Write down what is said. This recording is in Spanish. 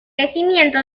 crecimiento